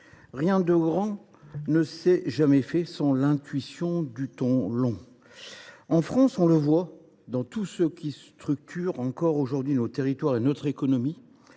rien de grand ne s’est jamais fait sans l’intuition du temps long. En France, on le voit dans tout ce qui structure encore nos territoires et notre économie.